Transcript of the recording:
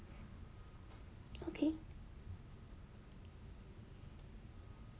okay